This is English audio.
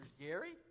Gary